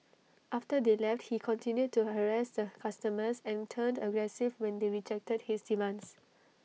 after they left he continued to harass the customers and turned aggressive when they rejected his demands